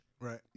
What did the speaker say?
Right